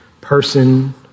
person